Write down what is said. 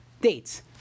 dates